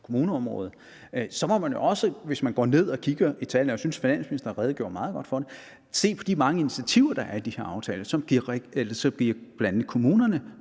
kommuneområdet, så må man også, hvis man går ned og kigger i tallene – jeg synes, finansministeren redegjorde meget godt for det – se på de mange initiativer, der er i de her aftaler, og som giver bl.a. kommunerne